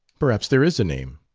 perhaps there is a name.